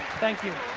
thank you.